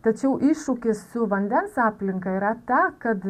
tačiau iššūkis su vandens aplinka yra ta kad